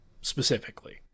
specifically